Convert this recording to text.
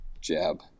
jab